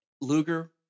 Luger